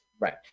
Right